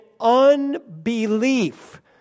unbelief